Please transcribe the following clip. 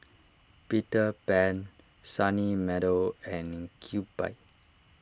Peter Pan Sunny Meadow and Kewpie